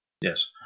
yes